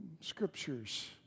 Scriptures